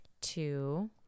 two